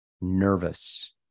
nervous